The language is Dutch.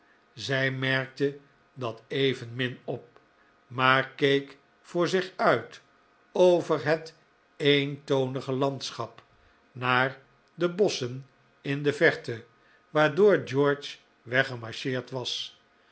zij merkte dat evenmin op maar keek voor zich uit over het eentonige landschap naar de bosschen in de verte waardoor george weggemarcheerd was